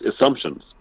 assumptions